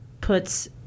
puts